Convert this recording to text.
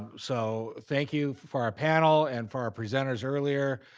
so thank you for our panel, and for our presenters earlier.